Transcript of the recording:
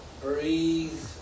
Breathe